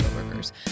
coworkers